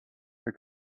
her